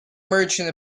merchant